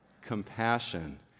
compassion